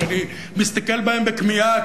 שאני מסתכל בהם בכמיהה,